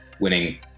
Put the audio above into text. winning